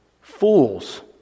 fools